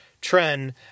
Trend